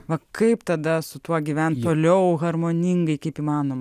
va kaip tada su tuo gyvent toliau harmoningai kaip įmanoma